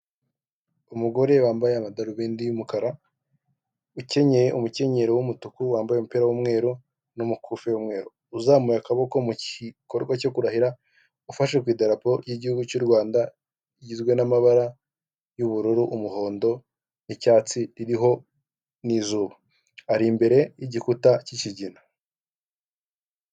Umugore wambaye amadarubindi y'umukara ukenye umukenyero w'umutuku, wambaye umupira w'umweru n'umukufi, uzamuye akaboko mu gikorwa cyo kurahira, ufashe ku idarapo ry'igihugu cy'u Rwanda rigizwe n'amabara y'ubururu, umuhondo n'icyatsi ririho n'izuba, ari imbere y'igikuta cy'ikigina.